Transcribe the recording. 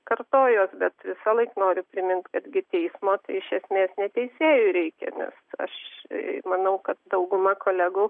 kartojuos bet visąlaik noriu primint kad gi teismo iš esmės ne teisėjui reikia nes aš manau kad dauguma kolegų